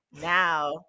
now